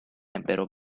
ebbero